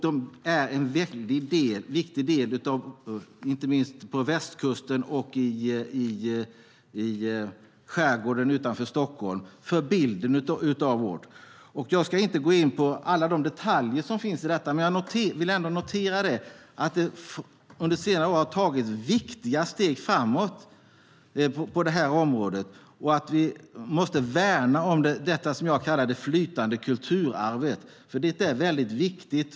De är en viktig del av bilden av inte minst Västkusten och skärgården utanför Stockholm. Jag ska inte gå in på alla detaljer, men vill notera att det under senare år har tagits viktiga steg framåt på det här området. Vi måste värna om det flytande kulturarvet, som jag kallar det, för det är väldigt viktigt.